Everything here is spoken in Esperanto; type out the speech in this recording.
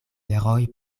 jaroj